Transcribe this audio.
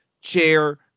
chair